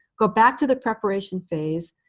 go back to the preparation phase,